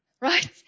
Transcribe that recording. right